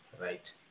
right